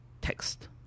text